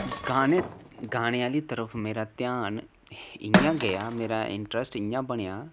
गाने गाने आह्ली तरफ मेरा ध्यान इं'या गेआ मेरा इंटरस्ट इं'या बनेआ